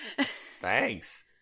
Thanks